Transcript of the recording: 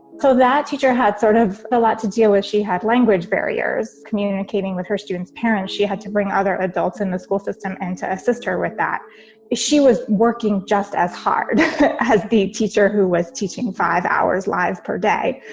so that teacher had sort of a lot to do with she had language barriers, communicating with her students parents. she had to bring other adults in the school system and to assist her with that as she was working just as hard as the teacher who was teaching five hours lives per day.